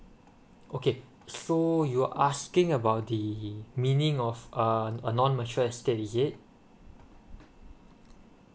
okay so you're asking about the meaning of a non mature estate is it